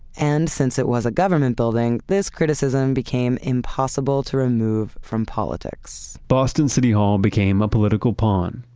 and since it was a government building, this criticism became impossible to remove from politics boston city hall became a political pond.